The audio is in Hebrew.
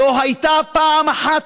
לא הייתה אפילו פעם אחת